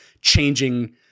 changing